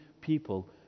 people